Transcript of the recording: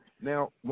now